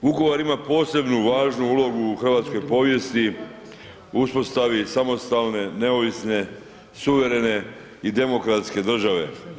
Vukovar ima posebnu važnu ulogu u hrvatskoj povijesti, uspostavi samostalne, neovisne, suverene i demokratske države.